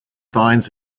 finds